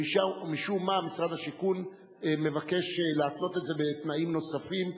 ומשום מה משרד השיכון מבקש להתנות את זה בתנאים נוספים.